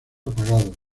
apagados